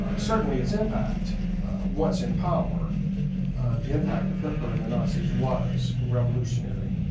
ah certainly its impact once in power the impact of hitler and the nazis was revolutionary.